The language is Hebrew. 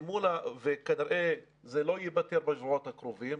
וכנראה זה לא יימצא בשבועות הקרובים,